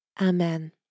Amen